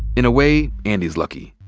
in a way, andy's lucky.